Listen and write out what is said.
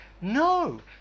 No